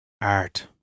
art